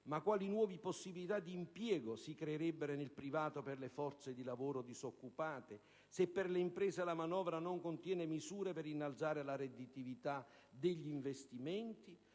ma quali nuove possibilità di impiego si creerebbero nel privato per le forze di lavoro disoccupate, se per le imprese la manovra non contiene misure per innalzare la redditività degli investimenti,